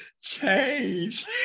change